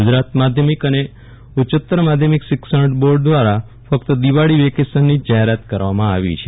ગુજરાત માધ્યમિક અને ઉચ્ય માધ્યમિક શિક્ષણ બોર્ડ દ્રારા દીવાળી વેકેશનની જ જાહેરાત કરવામાં આવી છે